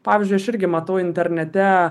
pavyzdžiui aš irgi matau internete